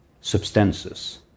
substances